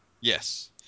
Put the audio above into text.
Yes